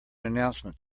announcement